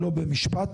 שלא במשפט.